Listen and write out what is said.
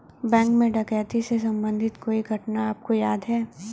Bank में डकैती से संबंधित कोई घटना आपको याद है?